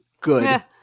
Good